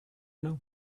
know